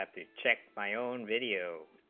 have to check my own video